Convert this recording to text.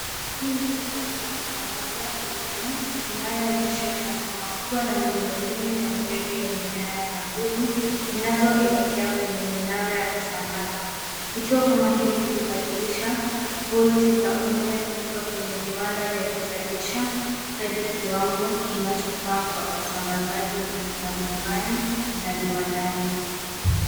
Hii ni kituo cha kusambaza umeme inayoonyesha tranfsoma kubwa na miundombinu ya umeme zenye nyaya za nguvu zinazoelekea kwenye minara ya kusambaza. Vituo kama hivi hubadilisha volti za umeme kutoka kwenye viwanda ya kuzalisha hadi kiwango kinachofaa kwa usambazaji majumbani na viwandani.